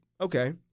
okay